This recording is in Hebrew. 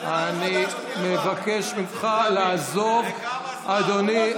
אני מבקש ממך לעזוב, אדוני.